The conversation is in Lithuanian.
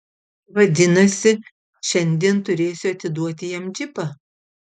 vadinasi šiandien turėsiu atiduoti jam džipą